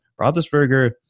Roethlisberger